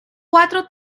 cuatro